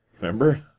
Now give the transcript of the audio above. Remember